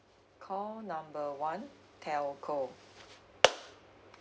call number one telco